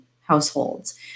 households